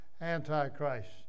Antichrist